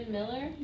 Miller